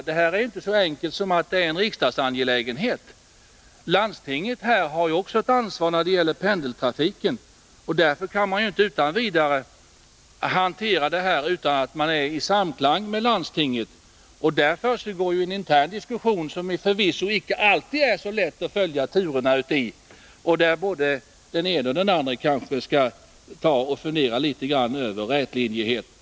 Det är inte så enkelt att detta är en riksdagsangelägenhet. Landstinget har också ett ansvar när det gäller pendeltrafiken här i Stockholm, och därför kan vi inte utan vidare hantera frågan utan att vara i samklang med landstinget. Där försiggår också en intern diskussion, som det förvisso icke alltid är så lätt att följa turerna i och där både den ene och den andre kanske skulle fundera litet över rätlinjigheten.